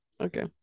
okay